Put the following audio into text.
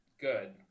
good